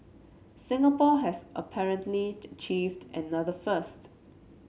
Singapore has apparently achieved another first